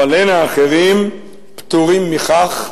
אבל אין האחרים פטורים מכך,